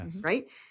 right